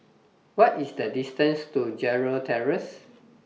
What IS The distance to Gerald Terrace